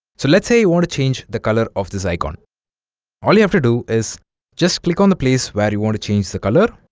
so let's say you want to change the color of this icon all you have to do is just click on the place where you want to change the color